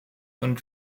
und